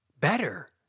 better